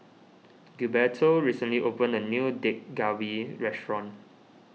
Gilberto recently opened a new Dak Galbi restaurant